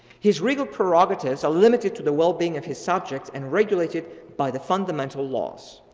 his regal prerogatives are limited to the well being of his subjects and regulated by the fundamental laws.